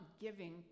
giving